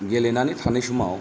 गेलेनानै थानाय समाव